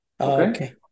Okay